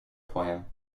plan